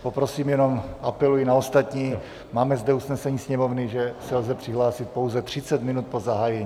Poprosím jenom, apeluji na ostatní: Máme zde usnesení Sněmovny, že se lze přihlásil pouze 30 minut po zahájení.